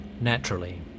Naturally